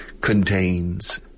contains